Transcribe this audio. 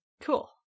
Cool